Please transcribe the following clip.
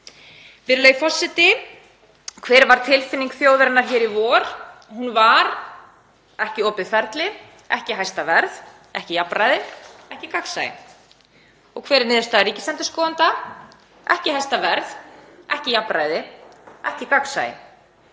Virðulegi forseti. Hver var tilfinning þjóðarinnar í vor? Hún var: Ekki opið ferli, ekki hæsta verð, ekki jafnræði, ekki gagnsæi. Hver er niðurstaða ríkisendurskoðanda? Ekki hæsta verð, ekki jafnræði, ekki gagnsæi.